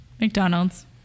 McDonald's